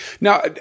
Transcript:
Now